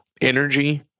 energy